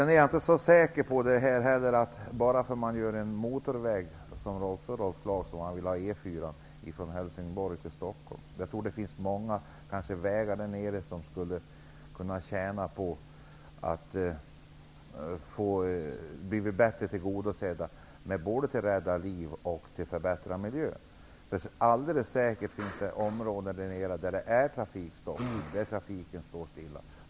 Jag är inte så säker på att man räddar liv bara för att man bygger en motorväg. Rolf Clarkson vill bygga E 4:an från Helsingborg till Stockholm. Jag tror att det finns många vägar där nere som skulle kunna tjäna på att bli bättre tillgodosedda, både när det gäller att rädda liv och att förbättra miljön. Alldeles säkert finns det områden där nere där det är trafikstopp, där trafiken står stilla.